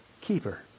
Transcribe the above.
keeper